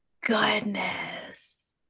goodness